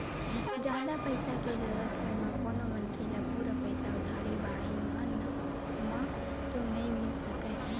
जादा पइसा के जरुरत होय म कोनो मनखे ल पूरा पइसा उधारी बाड़ही म तो नइ मिल सकय